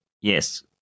Yes